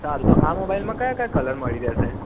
સારું તો આ મોબાઈલમાં કયા કયા કલર મળી જશે